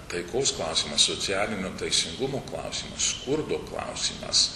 taikos klausimas socialinio teisingumo klausimas skurdo klausimas